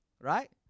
Right